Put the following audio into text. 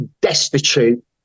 destitute